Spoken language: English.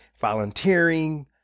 volunteering